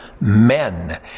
men